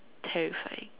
terrifying